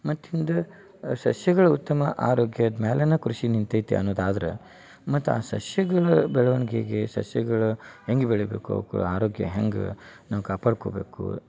ಮತ್ತಿಂದ ಸಸ್ಯಗಳು ಉತ್ತಮ ಆರೋಗ್ಯದ ಮ್ಯಾಲನ ಕೃಷಿ ನಿಂತೈತಿ ಅನ್ನೋದು ಆದ್ರ ಮತ್ತು ಆ ಸಸ್ಯಗಳ ಬೆಳವಣಿಗೆಗೆ ಸಸ್ಯಗಳ ಹೆಂಗೆ ಬೆಳಿಬೇಕು ಅವ್ಕ ಆರೋಗ್ಯ ಹೆಂಗೆ ನಾವು ಕಾಪಾಡ್ಕೊಬೇಕು